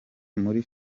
muri